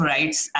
Rights